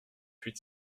huit